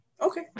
okay